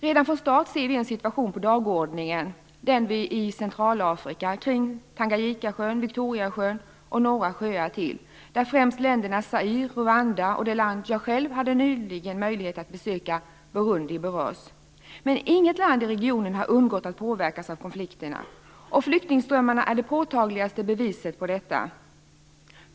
Redan från start finns en konflikt på dagordningen, nämligen den i Centralafrika kring Tanganyikasjön, Victoriasjön och några sjöar till. De länder som berörs är främst Zaire, Rwanda och det land jag själv nyligen hade möjlighet att besöka, nämligen Burundi. Inget land i regionen har undgått att påverkas av konflikterna, och flyktingströmmarna är det påtagligaste beviset på detta.